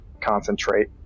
concentrate